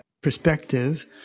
perspective